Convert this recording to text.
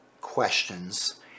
questions